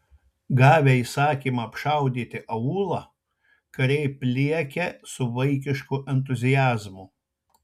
gavę įsakymą apšaudyti aūlą kariai pliekia su vaikišku entuziazmu